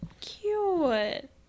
cute